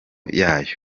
yayo